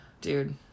dude